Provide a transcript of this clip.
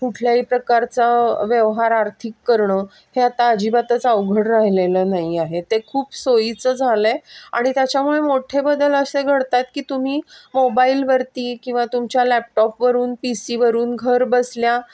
कुठल्याही प्रकारचा व्यवहार आर्थिक करणं हे आता अजिबातच अवघड राहिलेलं नाही आहे ते खूप सोयीचं झालं आहे आणि त्याच्यामुळे मोठे बदल असे घडत आहेत की तुम्ही मोबाईलवरती किंवा तुमच्या लॅपटॉपवरून पी सीवरून घर बसल्या